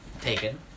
taken